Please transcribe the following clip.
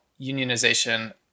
unionization